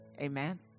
Amen